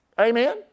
Amen